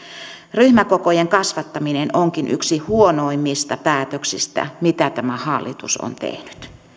ryhmäkokojen kasvattaminen onkin yksi huonoimmista päätöksistä mitä tämä hallitus on tehnyt